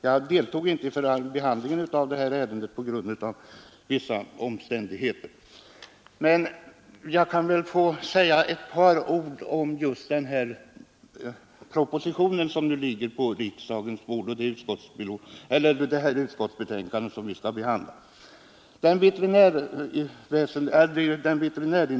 Jag deltog inte i behandlingen av detta ärende på grund av vissa omständigheter. Jag vill emellertid säga några ord om den proposition som nu ligger på riksdagens bord och det utskottsbetänkande som nu behandlas.